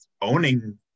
owning